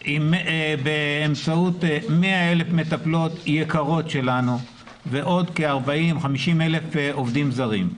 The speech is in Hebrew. באמצעות 100,000 מטפלות יקרות שלנו ועוד כ-50,000-40,000 עובדים זרים.